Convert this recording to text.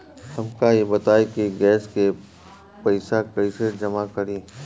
हमका ई बताई कि गैस के पइसा कईसे जमा करी?